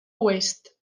oest